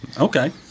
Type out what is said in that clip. Okay